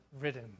ridden